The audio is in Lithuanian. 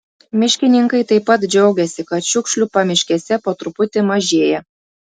miškininkai taip pat džiaugiasi kad šiukšlių pamiškėse po truputį mažėja